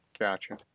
Gotcha